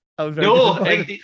No